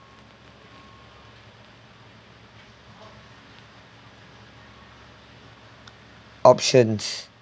options